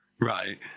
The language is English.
Right